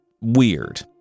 weird